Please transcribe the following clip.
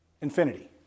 infinity